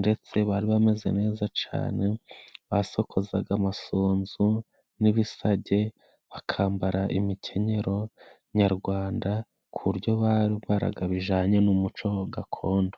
ndetse bari bameze neza cane basokozaga amasunzu n'ibisage, bakambara imikenyero nyarwanda ku buryo bambaraga bijanye n'umuco gakondo.